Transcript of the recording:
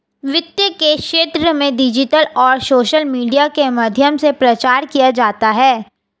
वित्त के क्षेत्र में डिजिटल और सोशल मीडिया के माध्यम से प्रचार किया जाता है